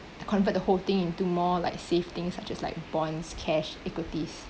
to convert the whole thing into more like safe things such as like bonds cash equities